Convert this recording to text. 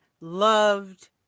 loved